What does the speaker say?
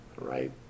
Right